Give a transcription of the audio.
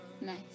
Nice